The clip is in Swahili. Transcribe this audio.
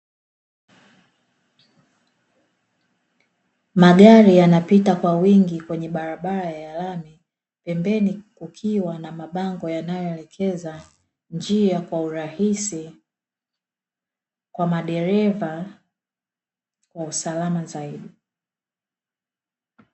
Magari yanapita kwa wingi kwenye barabara ya lami, pembeni kukiwa na mabango yanayoelekeza njia kwa urahisi, kwa madereva kwa usalama zaidi.